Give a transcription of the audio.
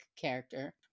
character